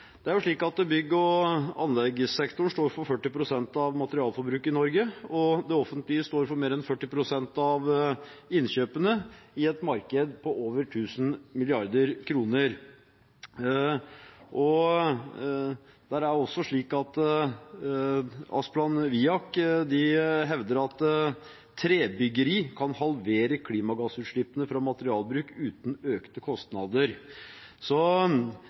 Bygg- og anleggssektoren står for 40 pst. av materialforbruket i Norge, og det offentlige står for mer enn 40 pst. av innkjøpene i et marked på over 1 000 mrd. kr, og det er også slik at Asplan Viak hevder at «trebyggeri kan halvere klimagassutslippene fra materialbruk uten økte kostnader». Så